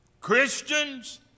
Christians